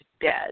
dead